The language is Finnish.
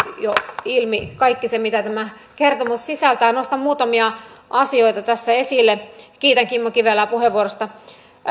jo ilmi kaikki se mitä tämä kertomus sisältää nostan muutamia asioita tässä esille kiitän kimmo kivelää puheenvuorosta